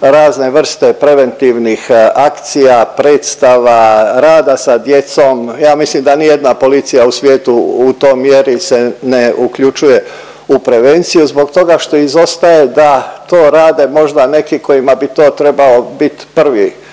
razne vrste preventivnih akcija, predstava, rada sa djecom, ja mislim da nijedna policija u svijetu u toj mjeri se ne uključuje u prevenciju zbog toga što izostaje da to rade možda neki kojima bi to trebao bit prvi